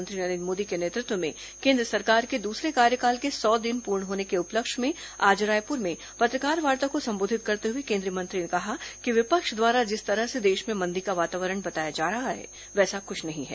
प्रधानमंत्री नरेंद्र मोदी के नेतृत्व में केंद्र सरकार के दूसरे कार्यकाल के सौ दिन पूर्ण होने के उपलक्ष्य में आज रायपुर में पत्रकारवार्ता को संबोधित करते हुए केंद्रीय मंत्री ने कहा कि विपक्ष द्वारा जिस तरह से देश में मंदी का वातावरण बताया जा रहा है वैसा कुछ नहीं है